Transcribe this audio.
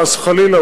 חס וחלילה,